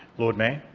lord mayor